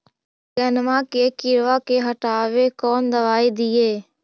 बैगनमा के किड़बा के हटाबे कौन दवाई दीए?